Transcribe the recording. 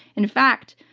in fact,